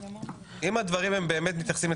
אדוני, אני אבקש להודיע.